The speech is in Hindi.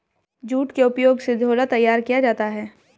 जूट के उपयोग से झोला तैयार किया जाता है